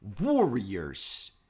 Warriors